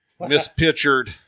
mispictured